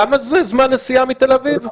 כמה זמן נסיעה מתל אביב?